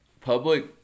public